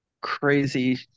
crazy